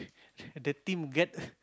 the team get